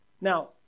Now